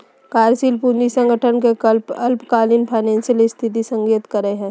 कार्यशील पूंजी संगठन के अल्पकालिक फाइनेंशियल स्थिति के संकेतक हइ